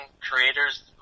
creators